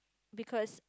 because